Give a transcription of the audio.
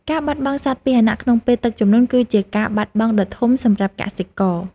ការបាត់បង់សត្វពាហនៈក្នុងពេលទឹកជំនន់គឺជាការខាតបង់ដ៏ធំសម្រាប់កសិករ។